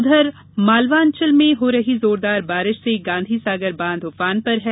उधर मालवा अंचल में हो रही जोरदार बारिश से गांधी सागर बांध उफान पर है